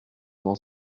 dans